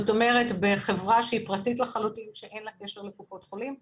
כלומר בחברה פרטית לחלוטין שאין לה קשר לקופות חולים,